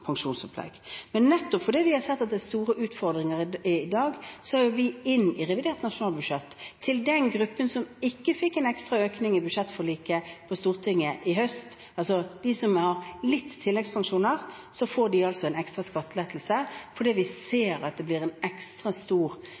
Men nettopp fordi vi har sett at det er store utfordringer i dag, så har vi lagt inn i revidert nasjonalbudsjett til den gruppen som ikke fikk en ekstra økning i budsjettforliket på Stortinget i høst, altså at de som har noen tilleggspensjoner får en ekstra skattelettelse fordi vi ser at det blir en ekstra stor